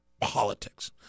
politics